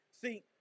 See